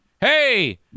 Hey